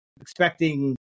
expecting